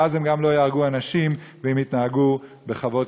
ואז הם גם לא יהרגו אנשים והם יתנהגו בכבוד,